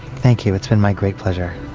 thank you it's been my great pleasure.